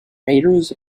raiders